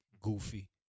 goofy